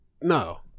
no